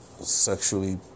sexually